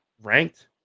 ranked